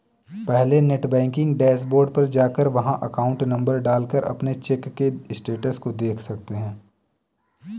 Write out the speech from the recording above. पहले net banking dashboard पर जाकर वहाँ अकाउंट नंबर डाल कर अपने चेक के स्टेटस को देख सकते है